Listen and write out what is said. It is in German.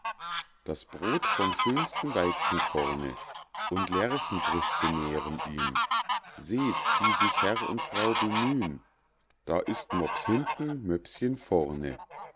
das brod vom schönsten weizenkorne und lerchenbrüste nähren ihn seht wie sich herr und frau bemühn da ist mops hinten möpschen vorne